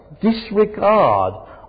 disregard